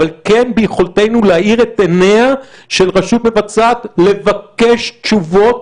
אבל ביכולתנו להאיר את עיניה של הרשות המבצעת לבקש תשובות